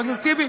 חבר הכנסת טיבי,